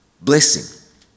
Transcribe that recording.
Blessing